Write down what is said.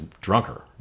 drunker